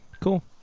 Cool